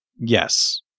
Yes